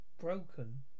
broken